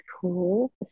cool